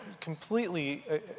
completely